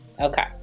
okay